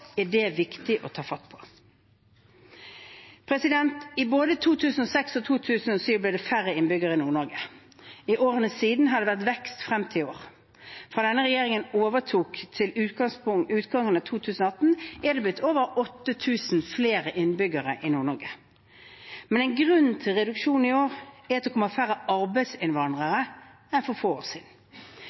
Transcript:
er det viktig å ta fatt i. I både 2006 og 2007 ble det færre innbyggere i Nord-Norge. I årene siden har det vært vekst frem til i år. Fra denne regjeringen overtok, til utgangen av 2018 er det blitt over 8 000 flere innbyggere i Nord-Norge. En grunn til reduksjonen i år er at det kommer færre arbeidsinnvandrere enn for få år siden.